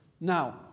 Now